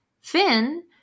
Finn